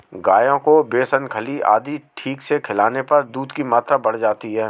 गायों को बेसन खल्ली आदि ठीक से खिलाने पर दूध की मात्रा बढ़ जाती है